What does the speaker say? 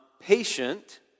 Patient